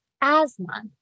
asthma